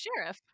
sheriff